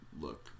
look